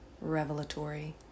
revelatory